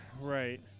right